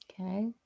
Okay